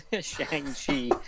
Shang-Chi